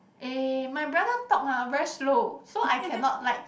eh my brother talk ah very slow so I cannot like